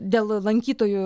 dėl lankytojų